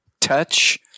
touch